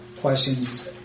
questions